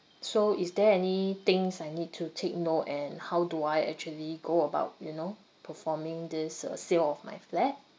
so is there any things I need to take note and how do I actually go about you know performing this uh sale of my flat